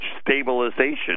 stabilization